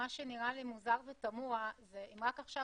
מה שנראה לי מוזר ותמוה זה שאם רק עכשיו